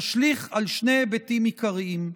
תשליך על שני היבטים עיקריים: